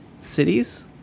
cities